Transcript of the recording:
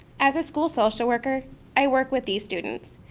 as the school social worker i work with these students.